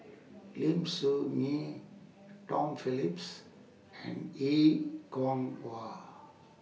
Lim Soo Ngee Tom Phillips and A Kwong Wah